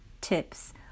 tips